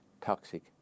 toxic